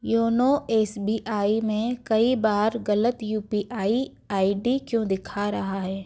YONO S B I में कई बार गलत U P I I D क्यों दिखा रहा है